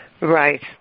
right